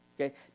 Okay